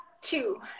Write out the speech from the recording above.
two